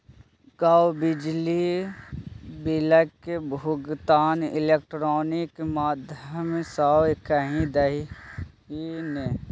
गै बिजली बिलक भुगतान इलेक्ट्रॉनिक माध्यम सँ कए दही ने